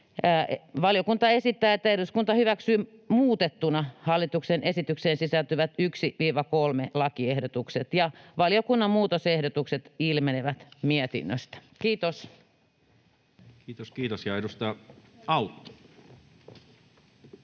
Valiokunta esittää, että eduskunta hyväksyy muutettuna hallituksen esitykseen sisältyvät 1.—3. lakiehdotuksen. Valiokunnan muutosehdotukset ilmenevät mietinnöstä. — Kiitos. Kiitos, kiitos. — Ja edustaja Autto.